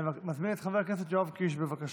אני מזמין את חבר הכנסת יואב קיש, בבקשה.